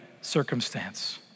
circumstance